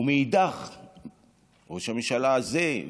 ומצד שני ראש הממשלה הזה,